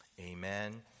Amen